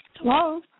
Hello